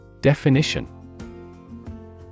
Definition